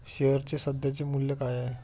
शेअर्सचे सध्याचे मूल्य काय आहे?